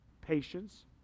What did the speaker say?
patience